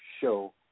show